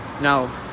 Now